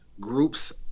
groups